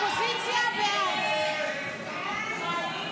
הסתייגות 1918 לחלופין ח